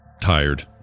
tired